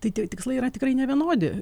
tai tie tikslai yra tikrai nevienodi